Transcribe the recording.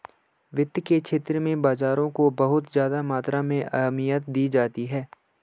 वित्त के क्षेत्र में बाजारों को बहुत ज्यादा मात्रा में अहमियत दी जाती रही है